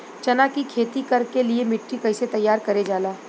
चना की खेती कर के लिए मिट्टी कैसे तैयार करें जाला?